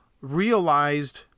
realized